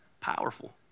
powerful